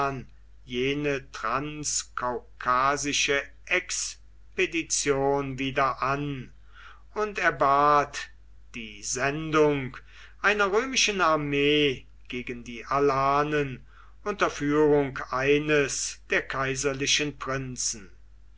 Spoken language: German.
jene transkaukasische expedition wieder an und erbat die sendung einer römischen armee gegen die alanen unter führung eines der kaiserlichen prinzen